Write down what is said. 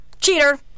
Cheater